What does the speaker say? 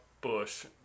bush